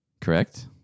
correct